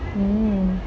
mm